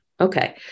Okay